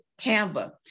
Canva